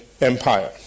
Empire